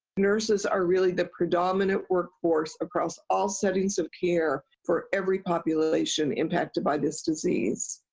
nurses are really the predominant work force across all settings of care for every population impacted by this disease.